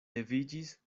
leviĝis